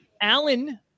Alan